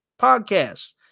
podcast